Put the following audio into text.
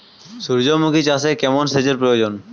সূর্যমুখি চাষে কেমন সেচের প্রয়োজন?